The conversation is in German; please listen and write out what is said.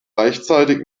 gleichzeitig